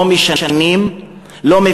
לא משנים,